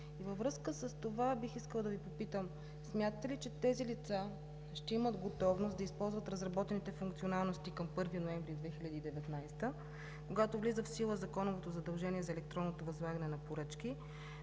Във връзка с това бих искала да Ви попитам: смятате ли, че тези лица ще имат готовност да използват разработените функционалности към 1 ноември 2019 г., когато влиза в сила законовото задължение за електронното възлагане на поръчки?